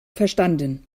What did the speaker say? verstanden